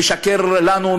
משקר לנו,